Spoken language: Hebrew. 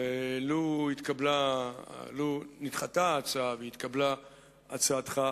ולו נדחתה ההצעה ונתקבלה הצעתך,